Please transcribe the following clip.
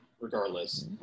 regardless